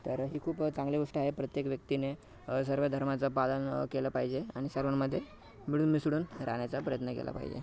तर ही खूप चांगली गोष्ट आहे प्रत्येक व्यक्तीने सर्व धर्माचं पालन केलं पाहिजे आणि सर्वांमध्ये मिळून मिसळून राहण्याचा प्रयत्न केला पाहिजे